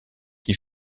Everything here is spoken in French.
qui